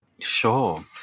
Sure